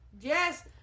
Yes